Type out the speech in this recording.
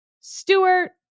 Stewart